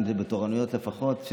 בתורנויות לפחות,